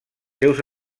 seus